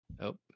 Nope